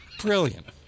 Brilliant